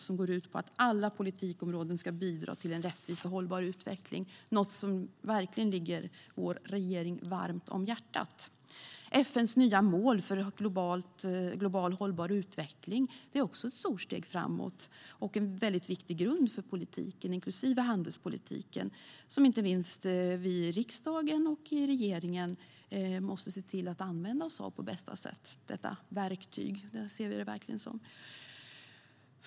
Den går ut på att alla politikområden ska bidra till en rättvis och hållbar utveckling, något som verkligen ligger vår regering varmt om hjärtat. FN:s nya mål för global hållbar utveckling är också ett stort steg framåt och en väldigt viktig grund för politiken, inklusive handelspolitiken. Detta verktyg måste inte minst vi i riksdagen och regeringen se till att använda oss av på bästa sätt.